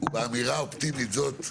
באמירה אופטימית זאת,